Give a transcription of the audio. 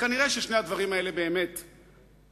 כנראה שני הדברים האלה באמת גרועים,